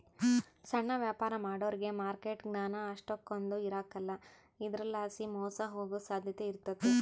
ಸಣ್ಣ ವ್ಯಾಪಾರ ಮಾಡೋರಿಗೆ ಮಾರ್ಕೆಟ್ ಜ್ಞಾನ ಅಷ್ಟಕೊಂದ್ ಇರಕಲ್ಲ ಇದರಲಾಸಿ ಮೋಸ ಹೋಗೋ ಸಾಧ್ಯತೆ ಇರ್ತತೆ